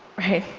right.